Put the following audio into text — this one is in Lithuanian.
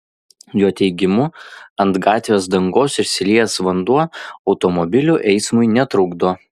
jo teigimu ant gatvės dangos išsiliejęs vanduo automobilių eismui netrukdo